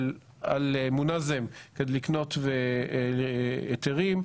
על מנת לקנות היתרים.